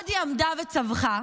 עוד היא עמדה וצווחה: